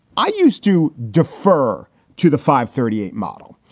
i used to defer to the five thirty eight model.